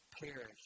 perish